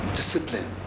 discipline